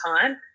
time